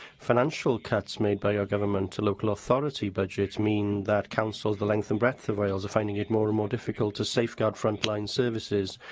financial cuts made by your government to local authority budgets mean that councils the length and breadth of wales are finding it more and more difficult to safeguard front-line services,